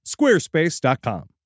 squarespace.com